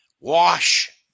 Wash